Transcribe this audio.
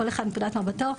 כל אחד מנקודת מבטו,